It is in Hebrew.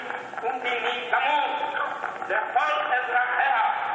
ומדיני גמור לכל אזרחיה,